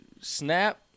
snap